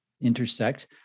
intersect